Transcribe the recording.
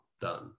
done